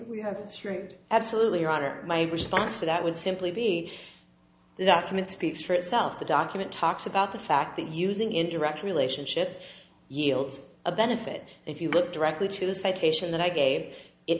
we have it straight absolutely right or my response to that would simply be the document speaks for itself the document talks about the fact that using indirect relationships yields a benefit if you look directly to the citation that i gave it